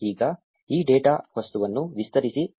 ಈಗ ಈ ಡೇಟಾ ವಸ್ತುವನ್ನು ವಿಸ್ತರಿಸಿ